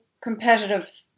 competitive